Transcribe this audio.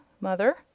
mother